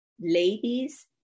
ladies